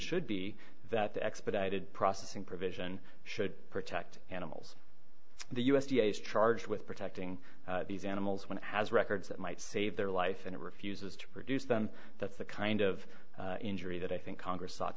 should be that the expedited processing provision should protect animals the u s d a is charged with protecting these animals when it has records that might save their life and it refuses to produce them that's the kind of injury that i think congress ought